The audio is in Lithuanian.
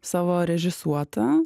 savo režisuotą